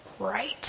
right